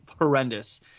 horrendous